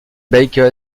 baker